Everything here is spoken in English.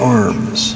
arms